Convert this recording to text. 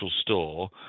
store